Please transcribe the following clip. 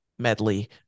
medley